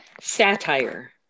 Satire